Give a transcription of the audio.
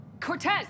Cortez